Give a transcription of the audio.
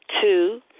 two